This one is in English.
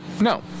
No